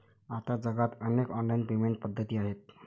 आता जगात अनेक ऑनलाइन पेमेंट पद्धती आहेत